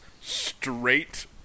straight